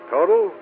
Total